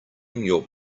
your